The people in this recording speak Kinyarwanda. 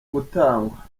gutangwa